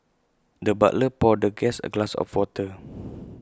the butler poured the guest A glass of water